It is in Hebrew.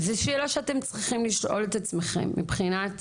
זו שאלה שאתם צריכים לשאול את עצמכם מבחינת